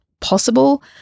possible